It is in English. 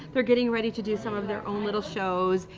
they're getting ready to do some of their own little shows.